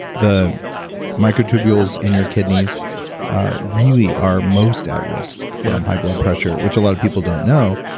the microtubules in your kidneys really are most at risk from high blood pressure which a lot of people don't know.